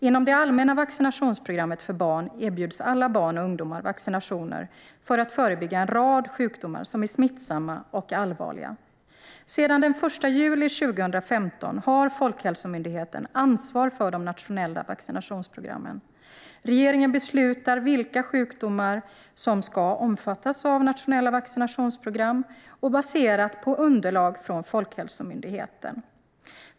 Inom det allmänna vaccinationsprogrammet för barn erbjuds alla barn och ungdomar vaccinationer för att en rad smittsamma och allvarliga sjukdomar ska förebyggas. Sedan den 1 juli 2015 har Folkhälsomyndigheten ansvar för de nationella vaccinationsprogrammen. Regeringen beslutar, baserat på underlag från Folkhälsomyndigheten, vilka sjukdomar som ska omfattas av nationella vaccinationsprogram.